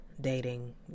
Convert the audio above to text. dating